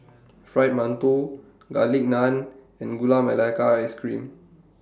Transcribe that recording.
Fried mantou Garlic Naan and Gula Melaka Ice Cream